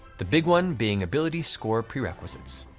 the big one being ability score prerequisites.